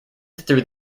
through